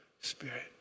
spirit